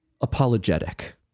apologetic